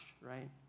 right